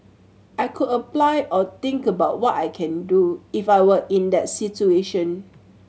I could apply or think about what I can do if I were in that situation